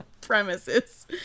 premises